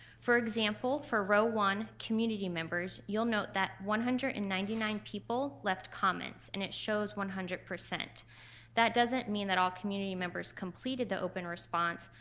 for example, for row one, community members, you'll note that one hundred and ninety nine people left comments and it shows one hundred. that doesn't mean that all community members completed the open response,